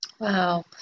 Wow